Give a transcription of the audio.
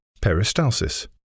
Peristalsis